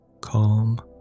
Calm